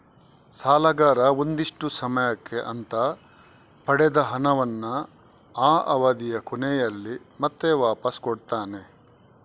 ಸಾಲಗಾರ ಒಂದಿಷ್ಟು ಸಮಯಕ್ಕೆ ಅಂತ ಪಡೆದ ಹಣವನ್ನ ಆ ಅವಧಿಯ ಕೊನೆಯಲ್ಲಿ ಮತ್ತೆ ವಾಪಾಸ್ ಕೊಡ್ತಾನೆ